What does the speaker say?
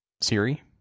Siri